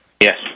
Yes